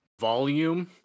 volume